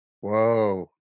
Whoa